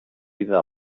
vida